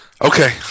Okay